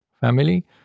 family